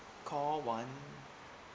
call one